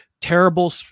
terrible